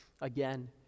again